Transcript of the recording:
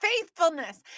faithfulness